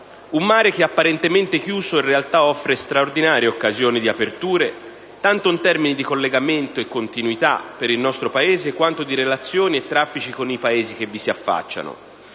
Un mare che è apparentemente chiuso in realtà offre straordinarie occasioni di aperture, tanto in termini di collegamento e continuità per il nostro Paese quanto di relazioni e traffici con i Paesi che vi si affacciano.